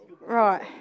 Right